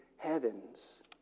heavens